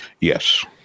Yes